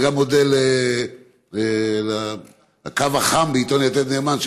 וגם מודה לקו החם בעיתון יתד נאמן,